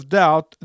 doubt